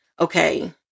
okay